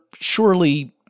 surely